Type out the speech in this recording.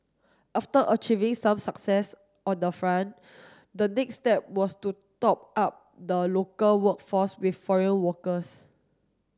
after achieving some success on the front the next step was to top up the local workforce with foreign workers